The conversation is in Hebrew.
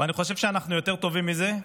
ואני חושב שאנחנו יותר טובים מזה,